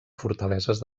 fortaleses